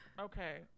Okay